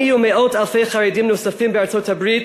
אני ומאות אלפי חרדים נוספים בארצות-הברית